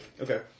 Okay